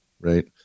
right